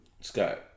Scott